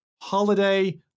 Holiday